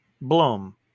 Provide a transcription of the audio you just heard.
Blom